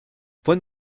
fue